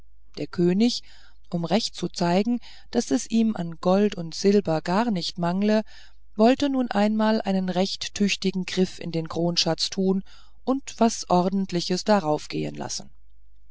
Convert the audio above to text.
der könig um recht zu zeigen daß es ihm an gold und silber gar nicht mangle wollte nun einmal einen recht tüchtigen griff in den kronschatz tun und was ordentliches daraufgehen lassen